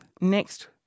next